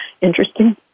interesting